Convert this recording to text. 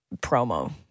promo